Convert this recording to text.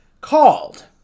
called